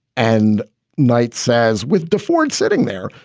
and knight says, with defrauds sitting there,